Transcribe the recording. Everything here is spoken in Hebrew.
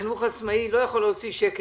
החינוך העצמאי לא יכול להוציא שקל,